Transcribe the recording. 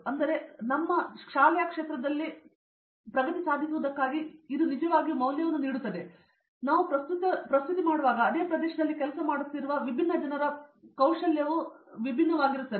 ಆದ್ದರಿಂದ ನಮ್ಮ ಶಾಲೆ ಕ್ಷೇತ್ರದಲ್ಲಿ ಪ್ರಗತಿ ಸಾಧಿಸುವುದಕ್ಕಾಗಿ ಇದು ನಿಜವಾಗಿಯೂ ಮೌಲ್ಯವನ್ನು ನೀಡುತ್ತದೆ ಮತ್ತು ಜನರು ಪ್ರಸ್ತುತವಾಗುತ್ತಿದ್ದಾಗ ನಾವು ಅದೇ ಪ್ರದೇಶದಲ್ಲಿ ಕೆಲಸ ಮಾಡುತ್ತಿದ್ದರೂ ವಿಭಿನ್ನ ಜನರ ಪ್ರಸ್ತುತಿ ಕೌಶಲ್ಯವು ತುಂಬಾ ವಿಭಿನ್ನವಾಗಿದೆ